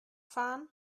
fahren